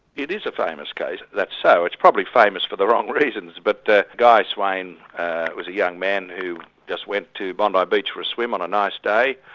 it is a famous case, that's so. it's probably famous for the wrong reasons, but guy swain was a young man who just went to bondi beach for a swim on a nice day.